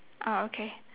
uh okay